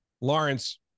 Lawrence